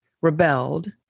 rebelled